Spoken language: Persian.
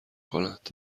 کند